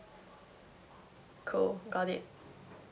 cool got it